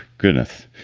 gwyneth,